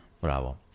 Bravo